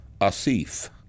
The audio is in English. Asif